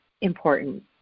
important